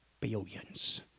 billions